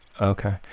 okay